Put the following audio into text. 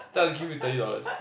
give you thirty dollars